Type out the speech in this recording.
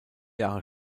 jahre